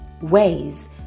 ways